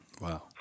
Wow